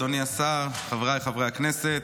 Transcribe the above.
אדוני השר, חבריי חברי הכנסת,